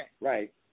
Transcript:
Right